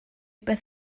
beth